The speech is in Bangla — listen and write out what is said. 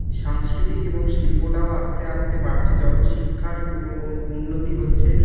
সাংস্কৃতিক এবং শিল্পটাও আস্তে আস্তে বাড়ছে যত শিক্ষার উন্নতি হচ্ছে